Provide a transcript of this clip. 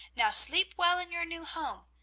now sleep well in your new home!